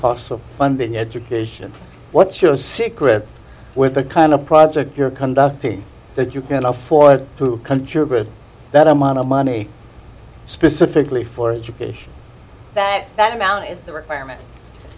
with funding education what's your secret with the kind of project you're conducting that you can afford to contribute that amount of money specifically for education that that amount is the requirement